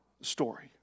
story